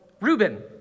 Reuben